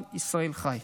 עם ישראל חי.